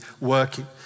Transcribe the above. working